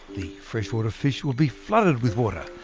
the freshwater fish will be flooded with water.